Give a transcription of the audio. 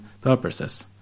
purposes